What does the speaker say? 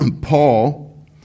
Paul